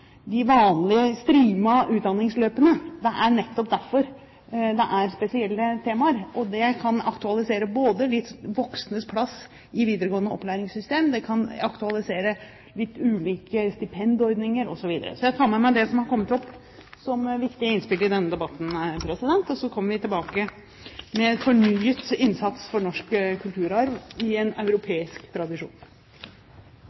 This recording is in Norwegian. de vanlige «streamede» utdanningsløpene. Det er nettopp derfor det er spesielle temaer, og det kan aktualisere både de voksnes plass i det videregående opplæringssystemet, det kan aktualisere litt ulike stipendordninger osv. Så jeg tar med meg det som er kommet opp som viktige innspill i denne debatten, og så kommer vi tilbake med fornyet innsats for norsk kulturarv i en